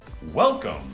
Welcome